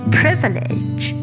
privilege